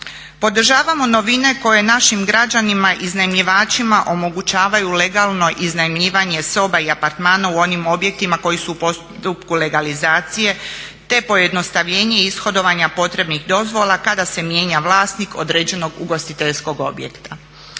Podržavamo novine koje našim građanima iznajmljivačima omogućavaju legalno iznajmljivanje soba i apartmana u onim objektima koji su u postupku legalizacije te pojednostavljenje ishodovanja potrebnih dozvola kada se mijenja vlasnik određenog ugostiteljskog objekta.